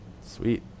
sweet